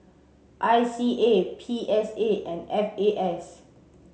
I C A P S A and F A S